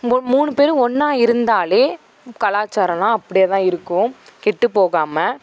மூ மூணு பேர் ஒன்றா இருந்தாலே கலாச்சாரம்லாம் அப்படியேதான் இருக்கும் கெட்டுப் போகாமல்